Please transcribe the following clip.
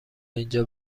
اینجا